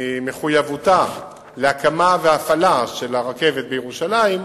ממחויבותה להקמה והפעלה של הרכבת בירושלים,